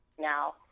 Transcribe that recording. now